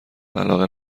علاقه